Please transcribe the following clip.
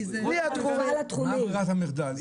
מה ברירת המחדל?